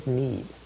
need